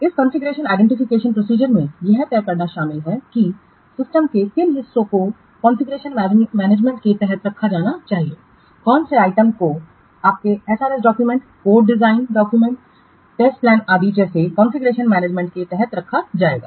इस कॉन्फ़िगरेशन आईडेंटिफिकेशनप्रोसीजरमें यह तय करना शामिल है कि सिस्टम के किन हिस्सों को कॉन्फ़िगरेशन मैनेजमेंट के तहत रखा जाना चाहिए कौन से आइटम को आपके SRS document code design document परीक्षण योजना आदि जैसे कॉन्फ़िगरेशन मैनेजमेंट के तहत रखा जाएगा